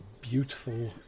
beautiful